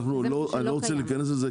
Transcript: אני לא רוצה להיכנס לזה,